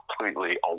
completely